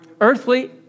earthly